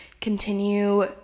continue